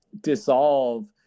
dissolve